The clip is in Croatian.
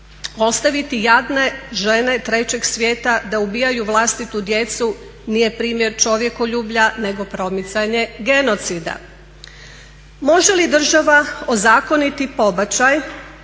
Ostaviti jadne žene trećeg svijeta da ubijaju vlastitu djecu nije primjer čovjekoljublja nego promicanje genocida. Može li država ozakoniti pobačaj?